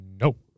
Nope